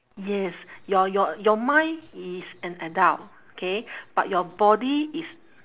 yes your your your mind is an adult K but your body is